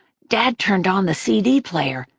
dad turned on the cd player,